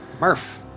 Murph